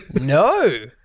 No